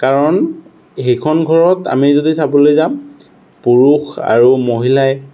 কাৰণ সেইখন ঘৰত আমি যদি চাবলৈ যাওঁ পুৰুষ আৰু মহিলাই